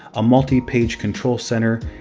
a multi-page control center,